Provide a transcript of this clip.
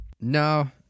No